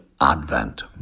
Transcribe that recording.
Advent